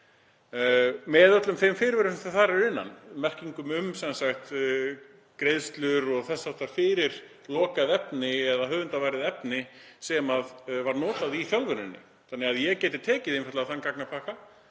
með öllum þeim fyrirvörum sem þar eru, merkingum um greiðslur og þess háttar fyrir lokað efni eða höfundavarið efni sem var notað í þjálfuninni, þannig að ég geti einfaldlega tekið þann gagnapakka